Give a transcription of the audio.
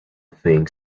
think